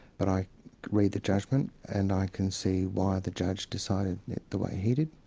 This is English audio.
but i read the judgment and i can see why the judge decided the way he did,